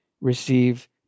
receive